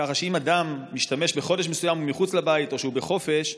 כך שאם אדם בחודש מסוים מחוץ לבית או שהוא בחופש,